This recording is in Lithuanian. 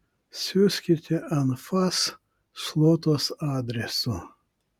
siųskite anfas šluotos adresu